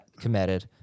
Committed